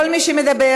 כל מי שמדבר,